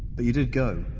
but you did go,